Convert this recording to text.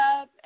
up